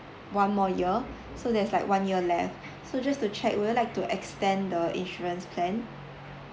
one more year so there's like one year left so just to check would you like to extend the insurance plan